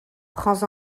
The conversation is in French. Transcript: prends